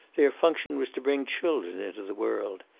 their function was to bring children into the world.